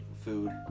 food